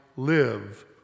live